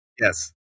Yes